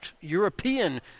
European